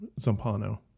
Zampano